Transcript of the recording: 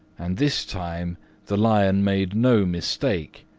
and this time the lion made no mistake,